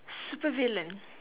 super villain